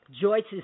Joyce's